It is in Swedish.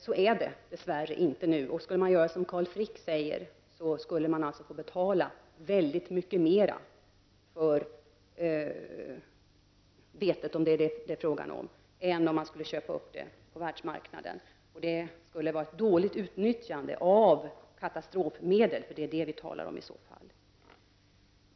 Så är det dess värre inte nu. Skulle man göra som Carl Frick säger, skulle vi alltså betala väldigt mycket mer för vete -- om det är detta det är fråga om -- än om man skulle köpa upp det på världsmarknaden. Det skulle vara ett dåligt utnyttjande av katastrofmedel, för det är det vi talar om i så fall.